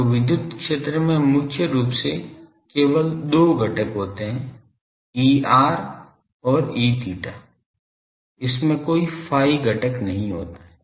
तो विद्युत क्षेत्र में मुख्य रूप से केवल दो घटक होते हैं Er और Eθ इसमें कोई phi घटक नहीं होता है